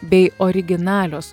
bei originalios